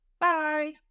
Bye